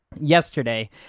yesterday